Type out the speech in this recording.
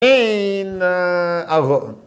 ‫הנה... אבוא.